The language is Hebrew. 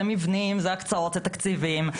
זה מבנים, זה הקצאות, זה תקציבים.